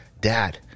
dad